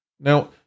Now